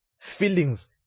feelings